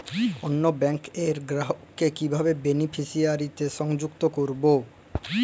অন্য ব্যাংক র গ্রাহক কে কিভাবে বেনিফিসিয়ারি তে সংযুক্ত করবো?